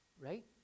Right